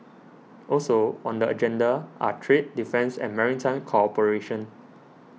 also on the agenda are trade defence and maritime cooperation